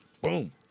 boom